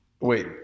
wait